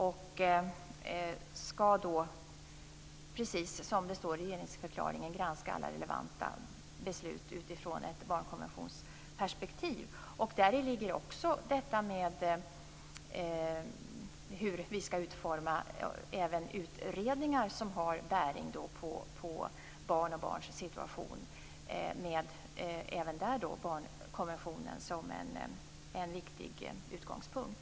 Man skall, precis som det står i regeringsförklaringen, granska alla relevanta beslut utifrån ett barnkonventionsperspektiv. Däri ligger också detta med hur vi skall utforma även utredningar som har bäring på barn och barns situation med barnkonventionen som en viktig utgångspunkt.